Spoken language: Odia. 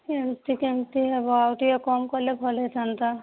ଏମିତି କେମିତି ହେବ ଆଉ ଟିକେ କମ କଲେ ଭଲ ହୋଇଥାନ୍ତା